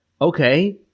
Okay